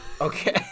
Okay